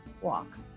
walk